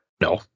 No